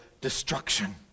destruction